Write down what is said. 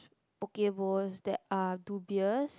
Poke-Bowls that are dubious